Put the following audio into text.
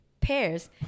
pairs